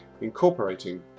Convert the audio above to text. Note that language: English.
incorporating